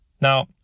Now